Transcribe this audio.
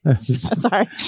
Sorry